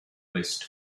list